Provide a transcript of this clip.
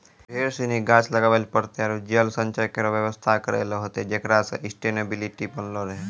ढेर सिनी गाछ लगाबे पड़तै आरु जल संचय केरो व्यवस्था करै ल होतै जेकरा सें सस्टेनेबिलिटी बनलो रहे